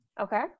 Okay